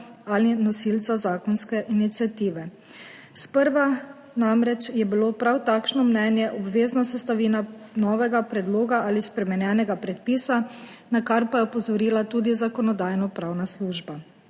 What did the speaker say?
ali nosilca zakonske iniciative. Sprva je bilo namreč prav takšno mnenje obvezna sestavina novega predloga ali spremenjenega predpisa, na kar pa je opozorila tudi Zakonodajno-pravna služba.